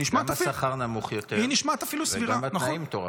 גם השכר נמוך יותר וגם התנאים מטורפים.